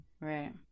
right